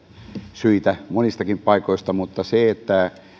syitä monistakin paikoista mutta